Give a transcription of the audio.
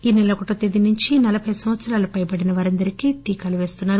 ఈ సెల ఒకటవ తేదీ నుంచి నలభై సంవత్సరాలు పైబడిన వారందరికీ టీకా పేస్తున్నారు